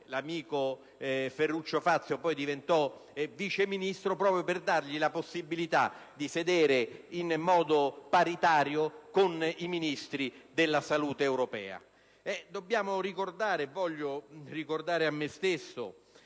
l'amico Ferruccio Fazio da Sottosegretario è diventato poi Vice Ministro, proprio per dargli la possibilità di sedere in modo paritario con i Ministri della salute europei. Voglio ricordare a me stesso